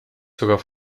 sogar